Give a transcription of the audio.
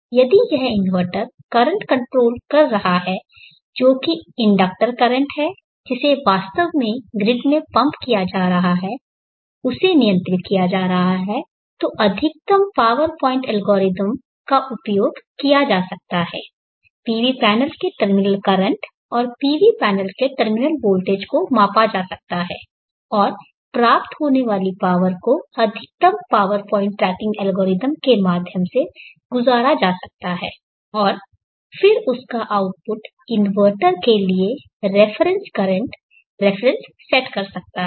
यदि यह inverter current control कर रहा है जो कि इंडक्टर करंट है जिसे वास्तव में ग्रिड में पंप किया जा रहा है उसे नियंत्रित किया जा रहा है तो अधिकतम पॉवर पॉइंट एल्गोरिथम का उपयोग किया जा सकता है पीवी पैनल के टर्मिनल करंट और पीवी पैनल के टर्मिनल वोल्टेज को मापा जा सकता है और प्राप्त होने वाली पावर को अधिकतम पावर प्वाइंट ट्रैकिंग एल्गोरिथ्म के माध्यम से गुजारा जा सकता है और फिर उस का आउटपुट इन्वर्टर के लिए रेफ़रेन्स करंट रेफ़रेन्स सेट कर सकता है